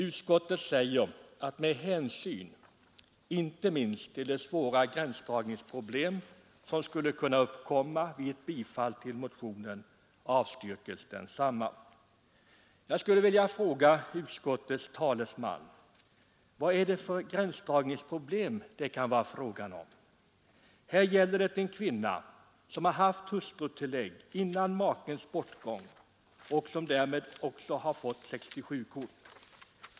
Utskottet avstyrker motionen med hänsyn inte minst till, som utskottet skriver, de svåra gränsdragningsproblem som skulle kunna uppkomma vid ett bifall till motionen. Jag skulle vilja fråga utskottets talesman: Vad är det för gränsdragningsproblem som kan uppkomma? Här gäller det en kvinna som haft hustrutillägg före makens bortgång och som därmed också har fått 67-kort.